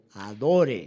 adore